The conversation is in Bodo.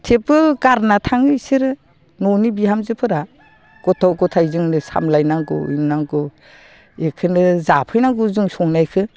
थेवबो गारना थाङो बिसोरो न'नि बिहामजोफोरा गथ' ग'थाइ जोंनो सामलायनांगौ आरिनांगौ बिखौनो जाफैनांगौ जों संनायखौ